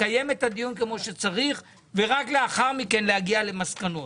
לקיים את הדיון כפי שצריך ורק לאחר מכן להגיע למסקנות.